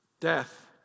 Death